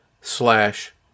slash